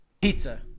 Pizza